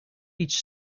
each